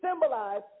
symbolize